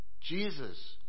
Jesus